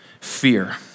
fear